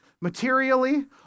materially